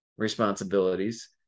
responsibilities